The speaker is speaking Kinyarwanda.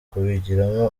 kubigiramo